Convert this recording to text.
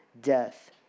death